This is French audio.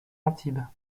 antibes